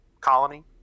colony